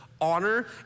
Honor